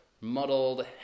muddled